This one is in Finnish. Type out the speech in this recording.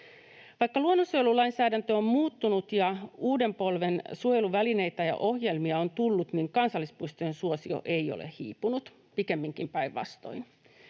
Vaikka luonnonsuojelulainsäädäntö on muuttunut ja uuden polven suojeluvälineitä ja ohjelmia on tullut, niin kansallispuistojen suosio ei ole hiipunut, pikemminkin päinvastoin.